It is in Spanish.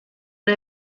una